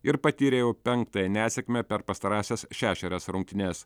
ir patyrė jau penktąją nesėkmę per pastarąsias šešerias rungtynes